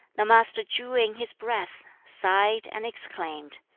the master drew in his breath, sighed, and exclaimed,